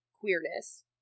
queerness